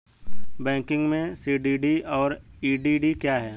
Banking में CDD और EDD क्या हैं?